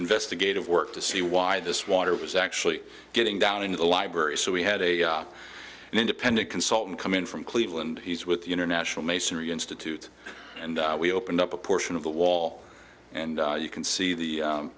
investigative work to see why this water was actually getting down into the library so we had a an independent consultant come in from cleveland he's with the international masonry institute and we opened up a portion of the wall and you can see the